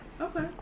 Okay